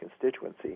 constituency